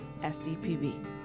SDPB